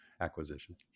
acquisitions